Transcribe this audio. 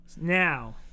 Now